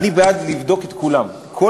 אני בעד לבדוק את כולם, מאה אחוז.